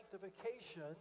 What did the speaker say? sanctification